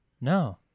No